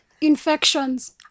infections